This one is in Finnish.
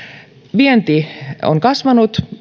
vienti on kasvanut